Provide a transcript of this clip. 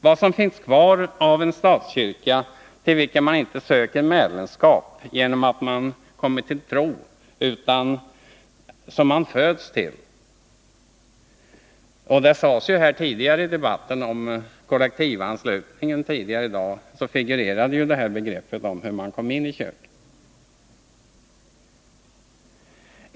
Vad som finns kvar är en statskyrka till vilken man inte söker medlemskap genom att man har kommit till tro utan till 173 vilken man föds. — I debatten om kollektivanslutningen tidigare i dag talades det också om hur man kom med i kyrkan.